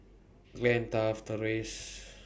Glynn Taft Therese